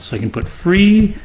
so i can put free,